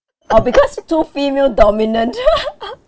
oh because too female dominant